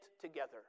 together